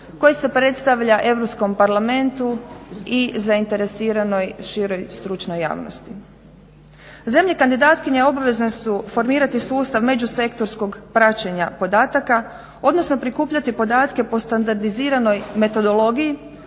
koji se predstavlja Europskom parlamentu i zainteresiranoj široj stručnoj javnosti. Zemlje kandidatkinje obavezne su formirati sustav međusektorskog praćenja podataka, odnosno prikupljati podatke po standardiziranoj metodologiji